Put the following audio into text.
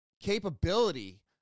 capability